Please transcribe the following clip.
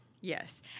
Yes